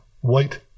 white